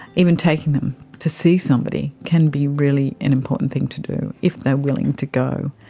even taking them to see somebody can be really an important thing to do if they are willing to go.